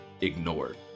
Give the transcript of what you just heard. ignored